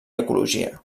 ecologia